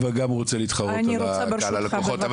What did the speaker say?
אבל גם הוא רוצה להתחרות על קהל הלקוחות.